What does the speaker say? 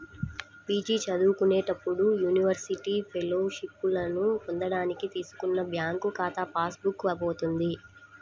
PG చదువుకునేటప్పుడు university ఫెలోషిప్పులను పొందడానికి తీసుకున్న బ్యాంకు ఖాతా పాస్ బుక్ పోయింది